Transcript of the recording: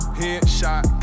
headshot